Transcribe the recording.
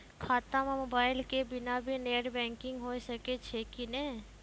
खाता म मोबाइल के बिना भी नेट बैंकिग होय सकैय छै कि नै?